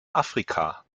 afrika